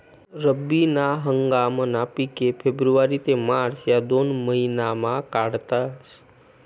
रब्बी ना हंगामना पिके फेब्रुवारी ते मार्च या दोन महिनामा काढातस